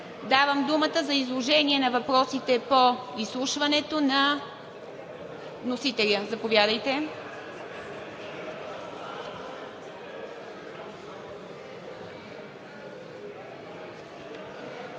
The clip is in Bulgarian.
Давам думата за изложение на въпросите по изслушването на вносителя. Заповядайте.